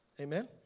Amen